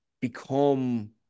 become